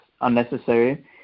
unnecessary